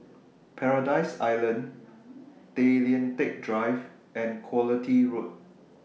Paradise Island Tay Lian Teck Drive and Quality Road